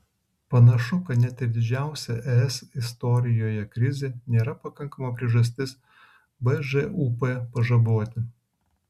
panašu kad net ir didžiausia es istorijoje krizė nėra pakankama priežastis bžūp pažaboti